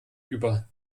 über